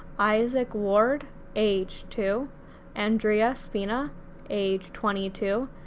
isaac ward age two andrea spina age twenty two,